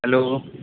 hello